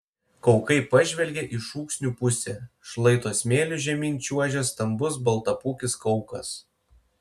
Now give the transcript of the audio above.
kaukai pažvelgė į šūksnių pusę šlaito smėliu žemyn čiuožė stambus baltapūkis kaukas